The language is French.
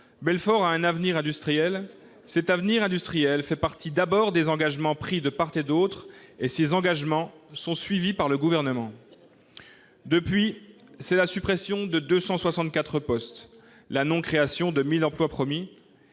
Belfort a un avenir industriel. Cet avenir industriel fait partie d'abord des engagements pris de part et d'autre, et ces engagements sont suivis par le Gouvernement. » Depuis, nous avons assisté à la suppression de 264 postes et à la non-création des 1 000 emplois promis.